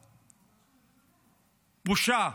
בושה.